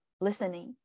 listening